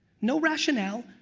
no rationale,